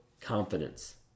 confidence